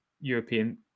European